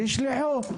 שיישלחו,